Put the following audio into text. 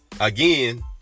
Again